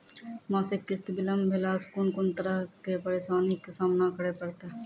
मासिक किस्त बिलम्ब भेलासॅ कून कून तरहक परेशानीक सामना करे परतै?